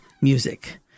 music